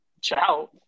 Ciao